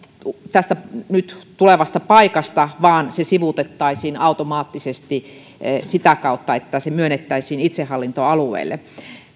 tästä nyt tulevasta paikasta vaan se sivuutettaisiin automaattisesti sitä kautta että se myönnettäisiin itsehallintoalueelle